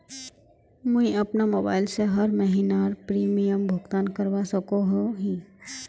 मुई अपना मोबाईल से हर महीनार प्रीमियम भुगतान करवा सकोहो ही?